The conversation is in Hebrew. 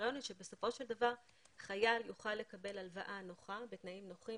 הרעיון הוא שבסופו של דבר חייל יוכל לקבל הלוואה בתנאים נוחים,